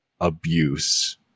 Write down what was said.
abuse